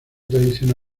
tradición